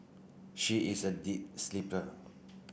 she is a deep sleeper